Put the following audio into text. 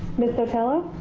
miss sotelo?